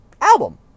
album